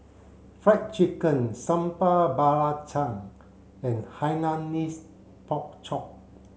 fried chicken Sambal Belacan and Hainanese pork chop